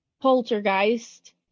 Poltergeist